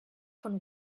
von